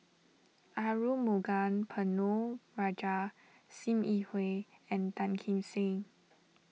Arumugam Ponnu Rajah Sim Yi Hui and Tan Kim Seng